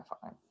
fine